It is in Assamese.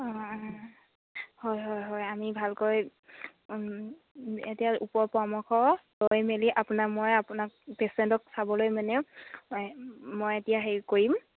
অঁ অঁ হয় হয় হয় আমি ভালকৈ এতিয়া ওপৰৰ পৰামৰ্শ লৈ মেলি আপোনাৰ মই আপোনাক পেচেণ্টক চাবলৈ মানে মই এতিয়া হেৰি কৰিম